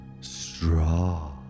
straw